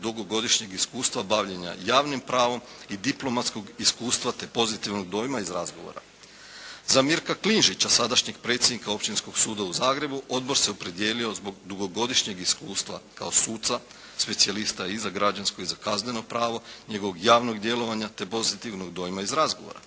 dugogodišnjeg iskustva bavljenja javnim pravom i diplomatskog iskustva te pozitivnog dojma iz razgovora. Za Mirka Klinžića, sadašnjeg predsjednika Općinskog suda u Zagrebu odbor se opredijelio zbog dugogodišnjeg iskustva kao suca, specijalista i za Građansko i za Kazneno pravo, njegovog javnog djelovanja te pozitivnog dojma iz razgovora.